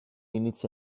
minutes